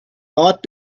not